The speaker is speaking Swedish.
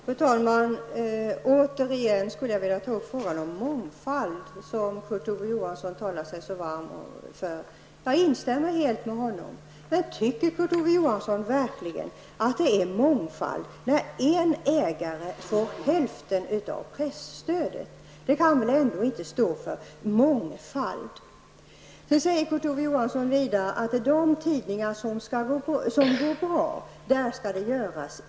Fru talman! Återigen skulle jag vilja ta upp frågan om mångfalden, som Kurt Ove Johansson talar sig så varm för. Jag instämmer helt med honom. Men tycker Kurt Ove Johansson verkligen att det är mångfald när en ägare får hälften av presstödet? Vidare säger Kurt Ove Johansson att det skall göras indragningar på de tidningar som går bra.